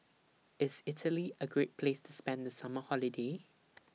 IS Italy A Great Place to spend The Summer Holiday